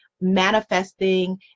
manifesting